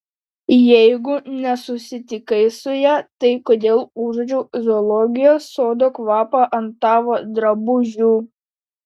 jeigu nesusitikai su ja tai kodėl užuodžiau zoologijos sodo kvapą ant tavo drabužių